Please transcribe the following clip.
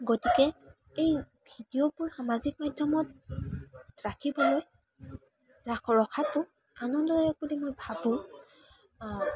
গতিকে এই ভিডিঅ'বোৰ সামাজিক মাধ্যমত ৰাখিবলৈ ৰা ৰখাটো আনন্দদায়ক বুলি ভাবোঁ